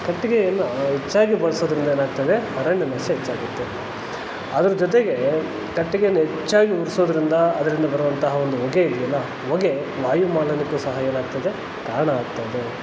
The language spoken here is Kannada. ಕಟ್ಟಿಗೆಯನ್ನು ಹೆಚ್ಚಾಗಿ ಬಳಸೋದ್ರಿಂದ ಏನಾಗ್ತದೆ ಅರಣ್ಯ ನಾಶ ಹೆಚ್ಚಾಗುತ್ತೆ ಅದರ ಜೊತೆಗೇ ಕಟ್ಟಿಗೆಯನ್ನ ಹೆಚ್ಚಾಗಿ ಉರಿಸೋದ್ರಿಂದಾ ಅದರಿಂದ ಬರೋವಂತಹ ಒಂದು ಹೊಗೆ ಇದೆಯಲ್ಲ ಹೊಗೆ ವಾಯುಮಾಲಿನ್ಯಕ್ಕು ಸಹ ಏನಾಗ್ತದೆ ಕಾರಣ ಆಗ್ತದೆ